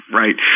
right